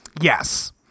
yes